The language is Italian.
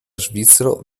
svizzero